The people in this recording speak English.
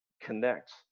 connects